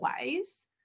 ways